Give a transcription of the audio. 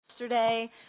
Yesterday